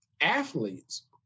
athletes